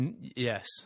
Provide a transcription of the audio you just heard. Yes